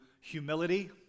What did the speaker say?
humility